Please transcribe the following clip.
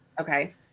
Okay